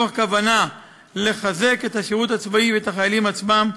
מתוך כוונה לחזק את השירות הצבאי ואת החיילים עצמם,